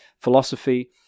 philosophy